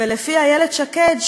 ולפי איילת שקד,